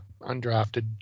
undrafted